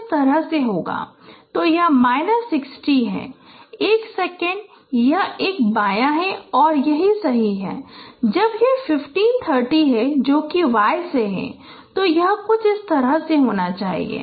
तो यह माइनस 60 है एक सेकंड यह एक बायां है और यह सही है और जब यह 15 30 है जो कि y से है तो यह कुछ इस तरह होना चाहिए